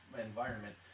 environment